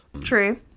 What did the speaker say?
True